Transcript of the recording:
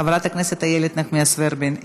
חברת הכנסת איילת נחמיאס ורבין,